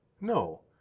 no